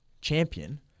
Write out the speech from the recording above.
champion